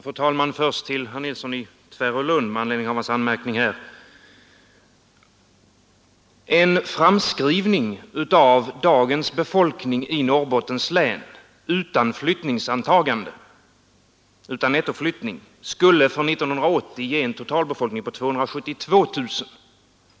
Fru talman! Först ett par ord till herr Nilsson i Tvärålund med anledning av hans anmärkning. En framskrivning av dagens befolkning i Norrbottens län utan flyttningsantagande — utan nettoflyttning — skulle för 1980 ge en totalbefolkning på 272 000.